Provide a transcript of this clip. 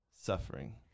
suffering